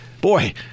boy